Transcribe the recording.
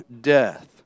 death